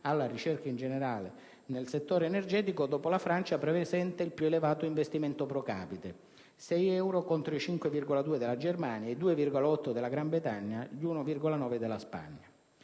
alla ricerca in generale, nel settore energetico, dopo la Francia, presenti il più elevato investimento *pro capite* (6 euro contro i 5,2 della Germania, i 2,8 della Gran Bretagna, gli 1,9 della Spagna).